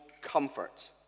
comfort